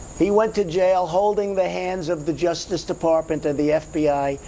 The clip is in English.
he went to jail holding the hands of the justice department and the fbi.